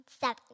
Seven